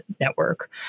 network